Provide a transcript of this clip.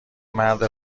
مرد